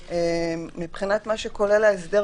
מבחינת מה שכולל ההסדר,